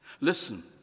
Listen